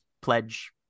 pledge